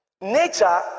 Nature